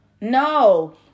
no